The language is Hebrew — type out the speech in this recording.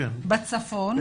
בצפון.